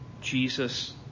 Jesus